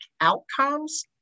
outcomes